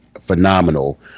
phenomenal